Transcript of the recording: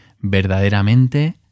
verdaderamente